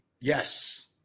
Yes